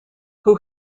who